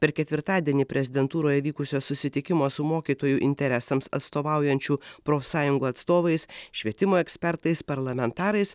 per ketvirtadienį prezidentūroje vykusio susitikimo su mokytojų interesams atstovaujančių profsąjungų atstovais švietimo ekspertais parlamentarais